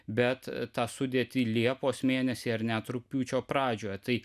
bet tą sudėtį liepos mėnesį ar net rugpjūčio pradžioje tai